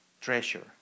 treasure